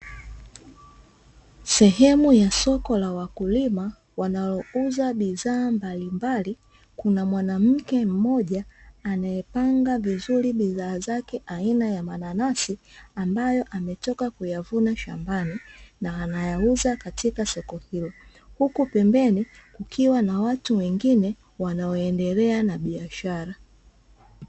Sehemu ya soko la wakulima wanaouza bidhaa mbalimbali kuna mwanamke mmoja anayepanga bidhaa zake aina ya mananasi ambayo ametoka kuyavuna shambani na anayauza katika soko hilo, huku pembeni kukiwa na watu wengine wanaoendelea na biashara.